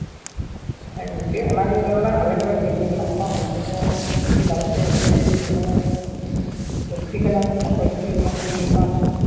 ᱦᱮᱸ ᱜᱚᱢᱠᱮ ᱚᱱᱟᱜᱤᱧ ᱢᱮᱱᱫᱟ ᱟᱞᱮ ᱠᱚᱨᱮᱱ ᱜᱤᱫᱽᱨᱟᱹ ᱢᱮᱱᱟᱜ ᱠᱚᱣᱟ ᱩᱱᱠᱩ ᱦᱚᱸ ᱚᱞᱪᱤᱠᱤ ᱵᱟᱨᱮᱛᱮ ᱵᱷᱟᱜᱮ ᱟᱵᱚᱣᱟᱜ ᱯᱟᱹᱨᱥᱤ ᱠᱟᱱᱟ ᱚᱱᱟ ᱯᱟᱹᱨᱥᱤ ᱨᱮᱱᱟᱜ ᱪᱮᱫ ᱨᱮᱱᱟᱜ